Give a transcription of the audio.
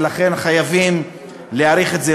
ולכן חייבים להאריך את זה.